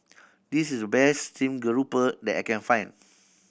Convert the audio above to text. this is the best stream grouper that I can find